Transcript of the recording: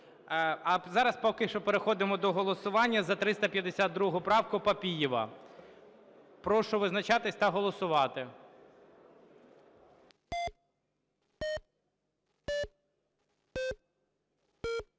А зараз поки що переходимо до голосування за 352 правку Папієва. Прошу визначатися та голосувати.